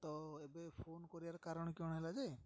ତ ଏବେ ଫୋନ୍ କରିବାର କାରଣ କ'ଣ ହେଲା ଯେ